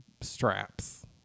straps